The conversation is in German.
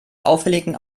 auffälligen